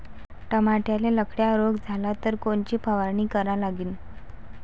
टमाट्याले लखड्या रोग झाला तर कोनची फवारणी करा लागीन?